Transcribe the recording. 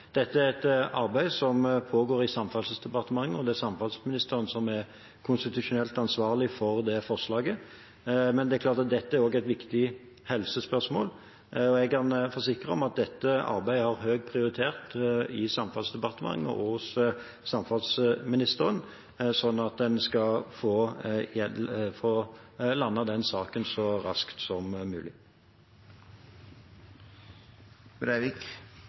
Dette er et arbeid som pågår i Samferdselsdepartementet, og det er samferdselsministeren som er konstitusjonelt ansvarlig for det forslaget. Men det er klart at dette også er et viktig helsespørsmål, og jeg kan forsikre om at dette arbeidet har høy prioritet i Samferdselsdepartementet og hos samferdselsministeren, slik at en skal få landet den saken så raskt som